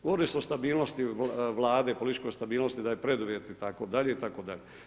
Govorili ste o stabilnosti Vlade, političkoj stabilnosti da je preduvjet itd., itd.